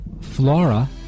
Flora